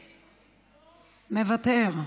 מוותר,